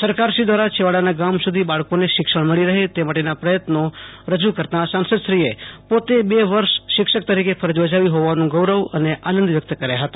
સરકારશ્રી દ્વારા છેવાડાના ગામ સુધી બાળકોને શિક્ષણ મળી રહે તે માટેના પ્રયત્નો રજુ કરતાં સાંસદશ્રીએ પોતે બે વર્ષ શિક્ષક તરીકે ફરજ બજાવી હોવાનું ગૌરવ અને આનંદ વ્યકત કર્યા હતા